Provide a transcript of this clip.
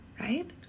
right